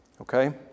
Okay